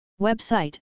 Website